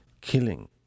killing